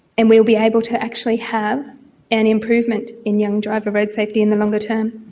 and we will be able to actually have an improvement in young driver road safety in the longer term.